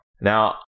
Now